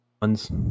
one's